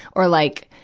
or like,